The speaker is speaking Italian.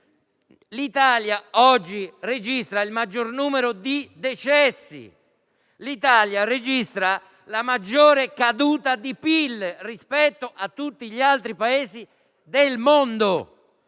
l'Italia oggi registra il maggior numero di decessi, la maggiore caduta di PIL rispetto a tutti gli altri Paesi del mondo,